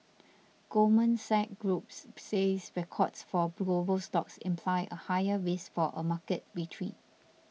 Goldman Sachs Groups says records for global stocks imply a higher risk for a market retreat